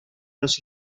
los